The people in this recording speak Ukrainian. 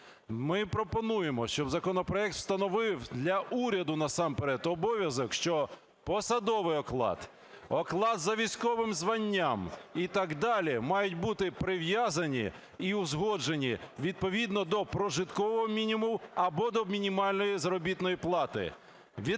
Ми пропонуємо, щоб законопроект встановив для уряду насамперед обов'язок, що посадовий оклад, оклад за військовим званням і так далі мають бути прив'язані і узгоджені відповідно до прожиткового мінімуму або до мінімальної заробітної плати.